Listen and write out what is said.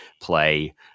play